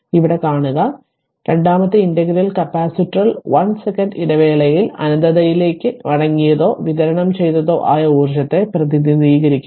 അതിനാൽ രണ്ടാമത്തെ ഇന്റഗ്രലിൽ കപ്പാസിറ്റർ 1 സെക്കൻഡ് ഇടവേളയിൽ അനന്തതയിലേക്ക് മടങ്ങിയതോ വിതരണം ചെയ്തതോ ആയ ഊർജ്ജത്തെ പ്രതിനിധീകരിക്കുന്നു